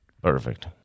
Perfect